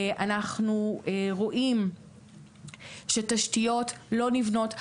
אנחנו רואים שתשתיות לא נבנות.